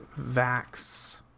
vax